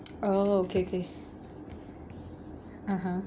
oh okay K (uh huh)